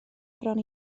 bron